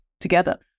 together